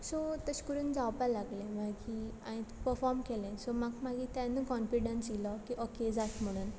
so तशें करून जावपा लागलें मागीर हांवें पफॉम केलें सो म्हाका मागीर तेन्ना कॉन्फिडंस इलो की ऑके जात म्हणून